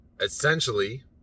essentially